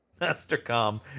Mastercom